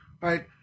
right